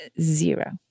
zero